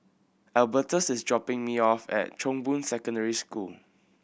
Albertus is dropping me off at Chong Boon Secondary School